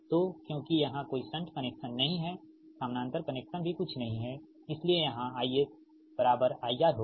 तो क्योंकि यहां कोई शंट कनेक्शन नहीं है समानांतर कनेक्शन भी कुछ नहीं है इसलिए यहां IS IR होगा